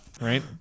right